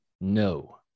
No